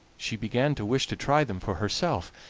she began to wish to try them for herself,